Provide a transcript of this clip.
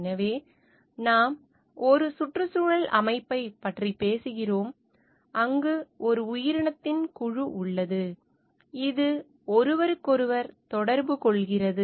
எனவே நாம் ஒரு சுற்றுச்சூழல் அமைப்பைப் பற்றி பேசுகிறோம் அங்கு ஒரு உயிரினத்தின் குழு உள்ளது இது ஒருவருக்கொருவர் தொடர்பு கொள்கிறது